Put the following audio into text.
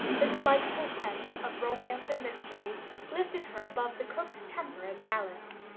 the delightful sense of romance and mystery lifted her above the cook's temper and malice.